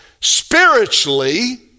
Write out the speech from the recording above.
spiritually